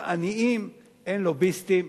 לעניים אין לוביסטים.